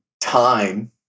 time